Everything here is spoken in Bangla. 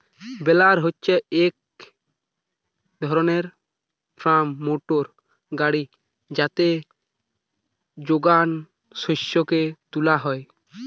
বেলার হচ্ছে এক ধরণের ফার্ম মোটর গাড়ি যাতে যোগান শস্যকে তুলা হয়